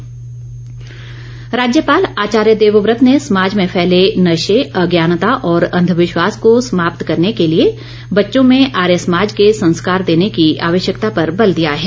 राज्यपाल राज्यपाल आचार्य देवव्रत ने समाज में फैले नशे अज्ञानता और अंधविश्वास को समाप्त करने के लिए बच्चों में आर्य समाज के संस्कार देने की आवश्यकता पर बल दिया है